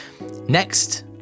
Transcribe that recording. next